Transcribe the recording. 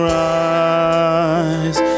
rise